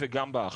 וגם באכיפה.